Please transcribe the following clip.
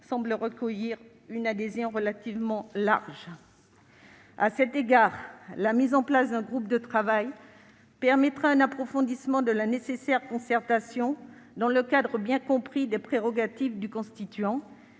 semble recueillir une adhésion relativement large. À cet égard, la mise en place d'un groupe de travail permettrait un approfondissement de la nécessaire concertation dans le cadre bien compris des prérogatives du constituant.